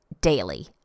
daily